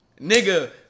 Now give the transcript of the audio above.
Nigga